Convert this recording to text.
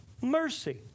Mercy